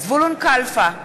זבולון כלפה,